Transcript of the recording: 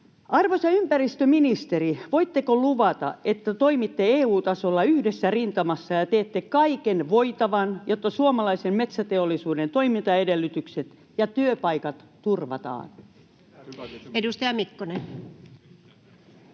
Arvoisa ympäristöministeri, voitteko luvata, että toimitte EU-tasolla yhdessä rintamassa ja teette kaiken voitavan, jotta suomalaisen metsäteollisuuden toimintaedellytykset ja työpaikat turvataan? [Speech